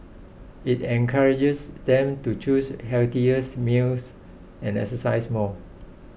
it encourages them to choose healthier meals and exercise more